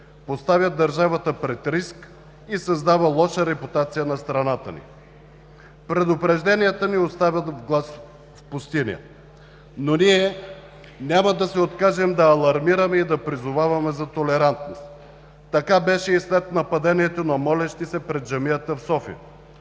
поставя държавата пред риск и създава лоша репутация на страната ни. Предупрежденията ни остават глас в пустиня, но ние няма да се откажем да алармираме и да призоваваме за толерантност. Така беше и след нападението на молещи се пред джамията в София.